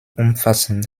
umfassend